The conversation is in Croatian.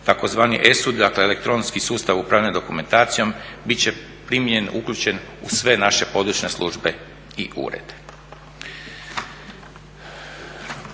tzv. ESUD dakle elektronski sustav upravljanja dokumentacijom bit će primljen, uključen u sve naše područne službe i urede.